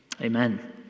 Amen